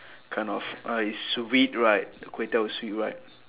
kind of uh it's sweet right the kway teow is sweet right